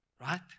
right